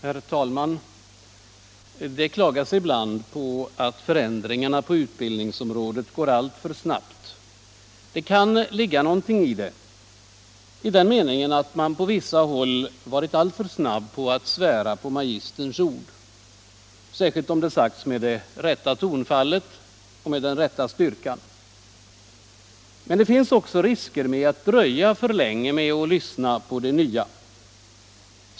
Herr talman! Det klagas ibland på att förändringarna på utbildningsområdet går alltför snabbt. Det kan ligga någonting i det; i den meningen att man på vissa håll varit alltför snabb att svära på magisterns ord. Särskilt om de sagts med det rätta tonfallet och med den rätta styrkan. Men det finns också risker med att dröja för länge med att lyssna på det nya.